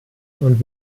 und